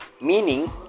meaning